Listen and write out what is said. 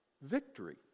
victory